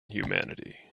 humanity